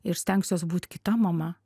ir stengsiuos būt kita mama